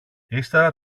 ύστερα